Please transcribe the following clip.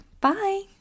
Bye